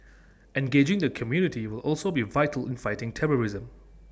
engaging the community will also be vital in fighting terrorism